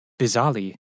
Bizarrely